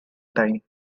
time